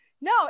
No